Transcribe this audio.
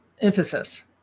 emphasis